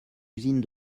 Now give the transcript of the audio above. usine